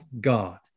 God